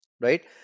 Right